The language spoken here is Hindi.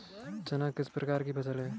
चना किस प्रकार की फसल है?